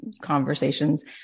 conversations